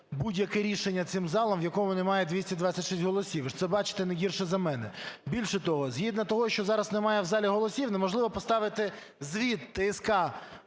будь-яке рішення цим залом, у якому немає 226 голосів? Ви ж це бачите не гірше за мене. Більше того, згідно того, що зараз немає в залі голосів, неможливо поставити звіт ТСК